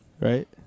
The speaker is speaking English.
Right